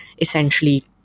essentially